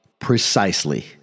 precisely